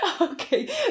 Okay